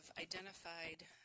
identified